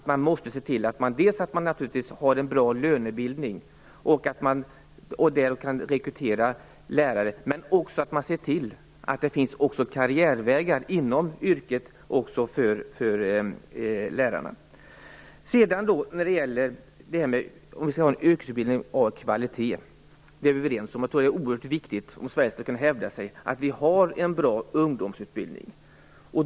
Man måste se till att man har en bra lönebildning och därmed kan rekrytera lärare, men man måste också se till att det finns karriärvägar inom yrket även för lärarna. Vi är överens om att vi skall ha en yrkesutbildning med kvalitet. Det är oerhört viktigt om Sverige skall kunna hävda sig att vi har en bra ungdomsutbildning.